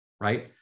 right